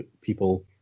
people